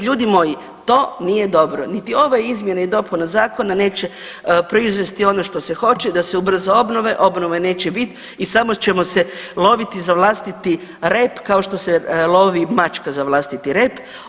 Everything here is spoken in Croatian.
Ljudi moji, to nije dobro, niti ova izmjena i dopuna zakona neće proizvesti ono što se hoće da se ubrza obnove, obnove neće bit i samo ćemo se loviti za vlastiti rep kao što se lovi mačka za vlastiti rep.